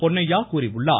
பொன்னையா கூறியுள்ளார்